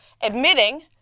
admitting